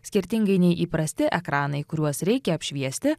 skirtingai nei įprasti ekranai kuriuos reikia apšviesti